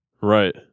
Right